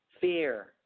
fear